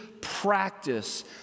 practice